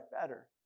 better